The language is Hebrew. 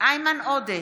איימן עודה,